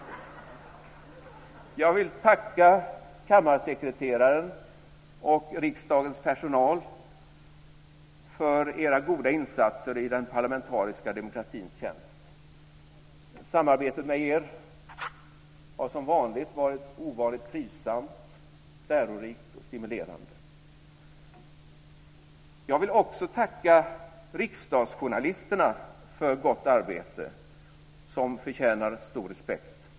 Jag vill tacka kammarsekreteraren och riksdagens personal för era goda insatser i den parlamentariska demokratins tjänst. Samarbetet med er har som vanligt varit ovanligt trivsamt, lärorikt och stimulerande. Jag vill också tacka riksdagsjournalisterna för ett gott arbete som förtjänar stor respekt.